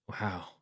Wow